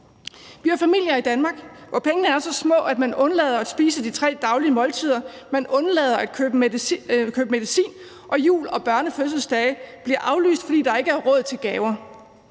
Vi har familier i Danmark, hvor pengene er så små, at man undlader at spise de tre daglige måltider, man undlader at købe medicin, og jul og børnefødselsdage bliver aflyst, fordi der ikke er råd til gaver.